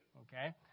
okay